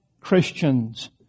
Christians